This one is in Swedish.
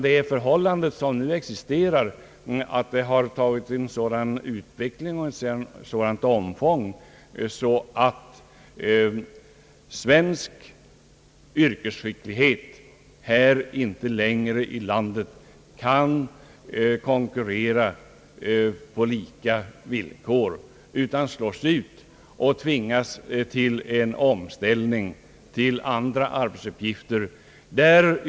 Det existerar nu ett förhållande som har fått en sådan utveckling och ett sådant omfång att svensk yrkesskicklighet inte längre kan konkurrera här i landet på lika villkor utan slås ut och tvingas till en omställning till andra arbetsuppgifter.